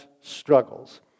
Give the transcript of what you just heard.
struggles